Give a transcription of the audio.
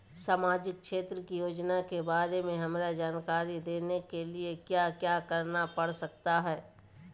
सामाजिक क्षेत्र की योजनाओं के बारे में हमरा जानकारी देने के लिए क्या क्या करना पड़ सकता है?